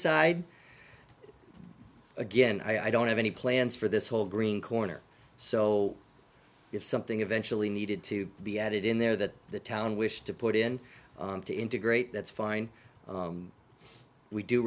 side again i don't have any plans for this whole green corner so if something eventually needed to be added in there that the town wish to put in to integrate that's fine we do